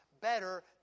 better